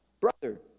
Brother